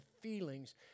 feelings